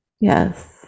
yes